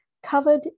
covered